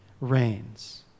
reigns